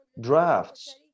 drafts